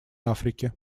африки